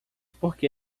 porque